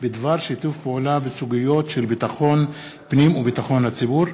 בדבר שיתוף פעולה בסוגיות של ביטחון פנים וביטחון הציבור.